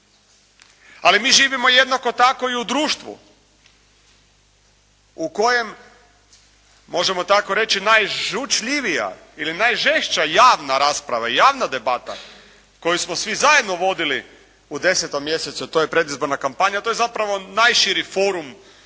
Ali mi živimo jednako tako i u društvu u kojem možemo tako reći, najžučljivija ili najžešća javna rasprava, javna debata koju smo svi zajedno vodili u 10. mjesecu, to je predizborna kampanja, to je zapravo najširi forum